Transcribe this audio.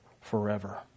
forever